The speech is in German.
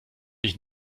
ich